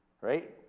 Right